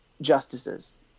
justices